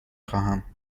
خواهم